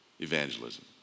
evangelism